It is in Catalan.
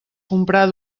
comprar